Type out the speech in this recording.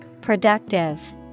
Productive